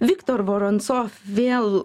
viktor voronsov vėl